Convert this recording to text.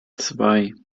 zwei